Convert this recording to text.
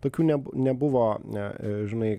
tokių neb nebuvo e e žinai